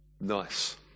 nice